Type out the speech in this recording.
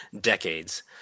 decades